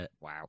Wow